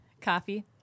Coffee